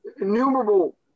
innumerable